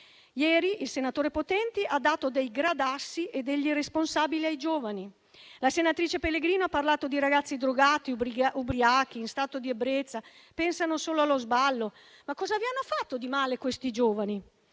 Ieri il senatore Potenti ha dato dei gradassi e degli irresponsabili ai giovani; la senatrice Pellegrino ha parlato di ragazzi drogati, ubriachi, in stato di ebbrezza, che pensano solo allo sballo. Ma cosa vi hanno fatto di male questi giovani?